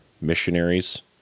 missionaries